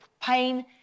pain